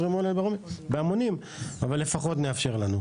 ואולי לא יזרמו לכאן בהמונים אבל אנחנו נאפשר את זה.